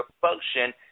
function